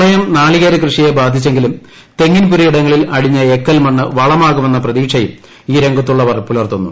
പ്രളയം നാളികേര കൃഷിയെ ബാധിച്ചെങ്കിലും തെങ്ങിൻ പുരയിടങ്ങളിൽ അടിഞ്ഞ എക്കൽമണ്ണ് വളമാകുമെന്ന പ്രതീക്ഷയും ഈ രംഗത്തുള്ളവർ പുലർത്തുന്നു